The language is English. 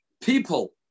people